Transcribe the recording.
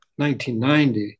1990